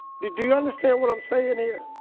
do do you understand what i'm saying here?